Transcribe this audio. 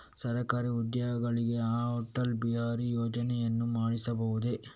ಸರಕಾರಿ ಉದ್ಯೋಗಿಗಳಿಗೆ ಅಟಲ್ ಬಿಹಾರಿ ಯೋಜನೆಯನ್ನು ಮಾಡಿಸಬಹುದೇ?